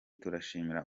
turashimira